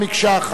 1